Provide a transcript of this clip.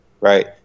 right